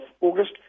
August